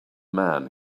man